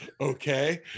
Okay